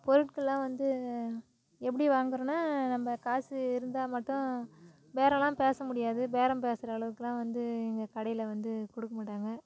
பொருட்கள்லாம் வந்து எப்படி வாங்குறோம்னா நம்ம காசு இருந்தால் மட்டும் பேரம் எல்லாம் பேச முடியாது பேரம் பேசுகிற அளவுக்கெல்லாம் வந்து இங்கே கடையில் வந்து கொடுக்க மாட்டாங்க